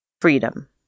Freedom